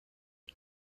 bei